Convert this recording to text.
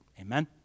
amen